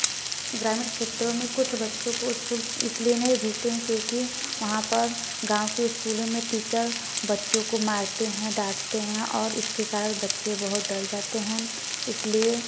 ग्रामीण क्षेत्रो में कुछ बच्चों को उस्कूल इसलिए नहीं भेजते हैं क्योंकि वहाँ पर गाँव के उस्कूलो में टीचर बच्चों को मारते हैं डाँटते हैं और इसके कारण बच्चे बहुत डर जाते हैं इसलिए